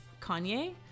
Kanye